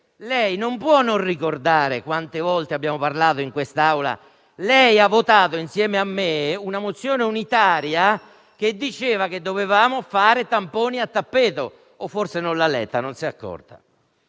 ma non può non ricordare quante volte abbiamo parlato in quest'Aula; ha votato insieme a me una mozione unitaria che prevedeva di fare tamponi a tappeto. O forse non l'ha letta e non se n'è accorta?